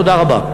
תודה רבה.